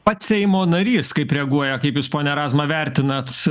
pats seimo narys kaip reaguoja kaip jūs pone razma vertinat